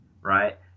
Right